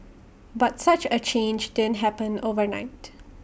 but such A change didn't happen overnight